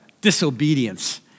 disobedience